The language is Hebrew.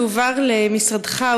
שהועבר למשרדך,